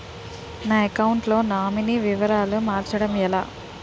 నా అకౌంట్ లో నామినీ వివరాలు మార్చటం ఎలా?